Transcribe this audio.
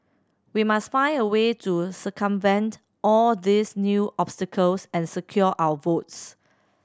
we must find a way to circumvent all these new obstacles and secure our votes